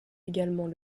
également